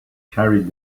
carried